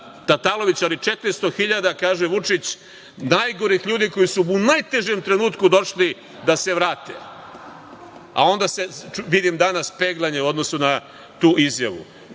Tatalović, ali i 400 hiljada, kaže Vučić, najgorih ljudi koji su mu u najtežem trenutku došli da se vrate, a onda, vidim danas, peglanje u odnosu na tu izjavu. Dakle,